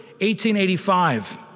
1885